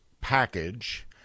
package